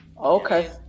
Okay